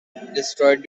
destroyed